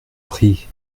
prie